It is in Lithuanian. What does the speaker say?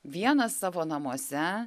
vienas savo namuose